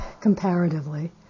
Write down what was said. comparatively